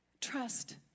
Trust